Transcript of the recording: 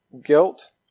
guilt